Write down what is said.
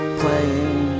playing